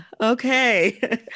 Okay